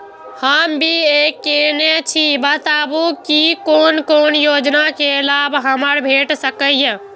हम बी.ए केनै छी बताबु की कोन कोन योजना के लाभ हमरा भेट सकै ये?